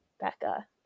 becca